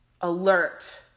alert